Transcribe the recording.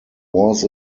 was